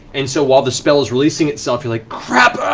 and so while the spell is releasing itself, you're like, crap!